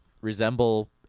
resemble